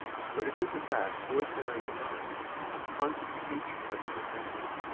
but it is a fact worth bearing in mind as a constant feature of our advance.